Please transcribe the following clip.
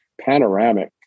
panoramic